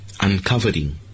uncovering